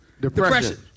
Depression